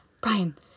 Brian